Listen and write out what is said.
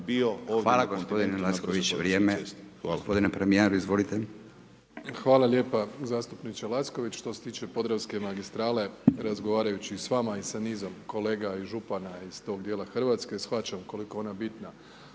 Hvala gospodine Lacković. Vrijeme. Gospodine premijeru, izvolite. **Plenković, Andrej (HDZ)** Hvala lijepa zastupniče Lacković. Što se tiče Podravske magistrale razgovarajući i s vama i sa nizom kolega i župana iz tog dijela Hrvatske, shvaćam koliko je ona bitna